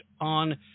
On